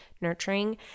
nurturing